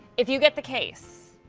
if you get the case,